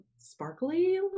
Sparkly